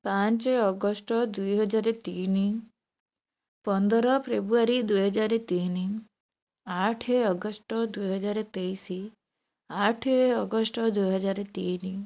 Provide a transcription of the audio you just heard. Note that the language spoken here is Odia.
ପାଞ୍ଚ ଅଗଷ୍ଟ ଦୁଇ ହଜାର ତିନି ପନ୍ଦର ଫେବୃଆରୀ ଦୁଇ ହଜାର ତିନି ଆଠ ଅଗଷ୍ଟ ଦୁଇ ହଜାର ତେଇଶ ଆଠ ଅଗଷ୍ଟ ଦୁଇ ହଜାର ତିନି